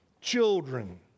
children